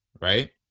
Right